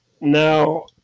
Now